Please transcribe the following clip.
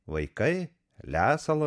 vaikai lesalo